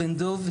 הסבר.